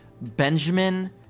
Benjamin